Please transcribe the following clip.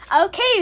Okay